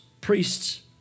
priests